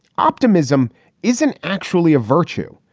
optimism isn't actually a virtue.